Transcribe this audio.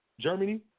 germany